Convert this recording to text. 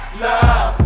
love